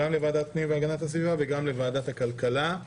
גם לוועדת הפנים והגנת הסביבה וגם לוועדת הכלכלה.